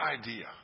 idea